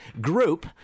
group